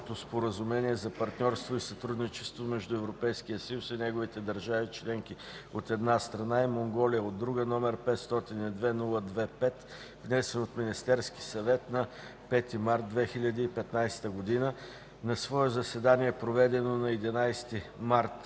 споразумение за партньорство и сътрудничество между Европейския съюз и неговите държави членки, от една страна, и Монголия, от друга страна, № 502-02-5, внесен от Министерския съвет на 5 март 2015 г. На свое заседание, проведено на 11 март